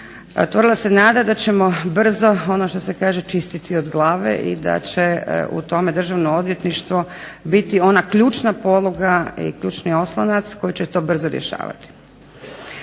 otvorila se nada da ćemo brzo, ono što se kaže čistiti od glave i da će u tome Državno odvjetništvo biti ona ključna poluga i ključni oslonac koji će to brzo rješavati.